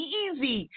easy